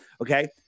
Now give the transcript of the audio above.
Okay